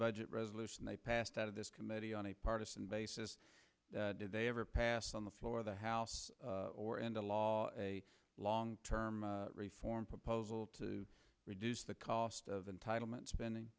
budget resolution they passed out of this committee on a partisan basis did they ever passed on the floor of the house or into law a long term reform proposal to reduce the cost of entitlement spending